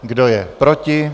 Kdo je proti?